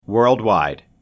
Worldwide